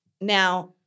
now